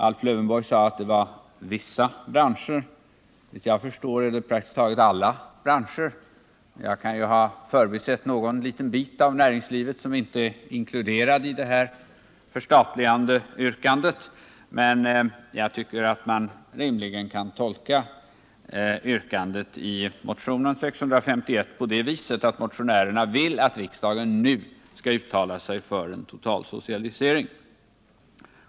Alf Lövenborg sade att det var vissa branscher, men såvitt jag förstår gäller motionen praktiskt taget alla branscher. Jag kan ha förbisett någon bit av näringslivet som inte är inkluderat i detta yrkande om förstatligande, men jag tycker att man rimligtvis kan tolka yrkandet i motionen 651 så att motionärerna vill att riksdagen nu skall uttala sig för en totalsocialisering.